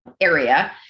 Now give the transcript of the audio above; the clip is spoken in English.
area